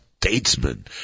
Statesman